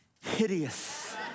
hideous